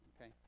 Okay